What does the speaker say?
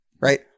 right